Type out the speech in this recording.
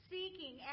Seeking